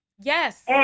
Yes